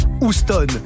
Houston